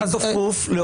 אני כפוף להוראות החוק.